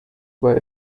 were